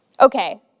Okay